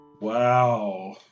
Wow